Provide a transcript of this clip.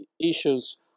issues